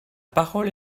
parole